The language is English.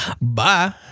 bye